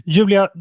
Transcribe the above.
Julia